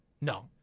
No